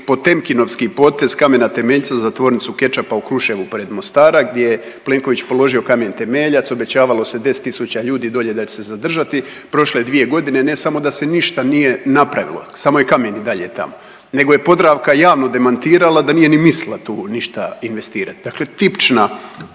potemkinovski potez kamena temeljca za tvornicu kečapa u Kruševu pored Mostara gdje je Plenković položio kamen temeljac, obećavalo se 10 tisuća ljudi dolje da će se zadržati, prošlo je 2 godine, ne samo da se ništa nije napravilo, samo je kamen i dalje tamo nego je Podravka javno demantirala da nije ni mislila tu ništa investirati, dakle tipična